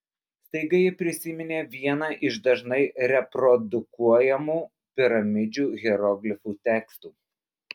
staiga ji prisiminė vieną iš dažnai reprodukuojamų piramidžių hieroglifų tekstų